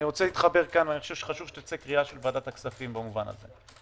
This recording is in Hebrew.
אני חושב שחשוב שתצא קריאה של ועדת הכספים בעניין הזה.